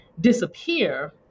disappear